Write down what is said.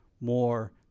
more